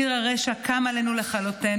ציר הרשע קם עלינו לכלותנו.